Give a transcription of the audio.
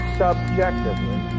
subjectively